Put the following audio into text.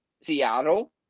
Seattle